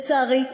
לצערי,